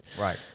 Right